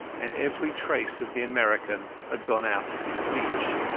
and every trace of the american had gone out of his speech.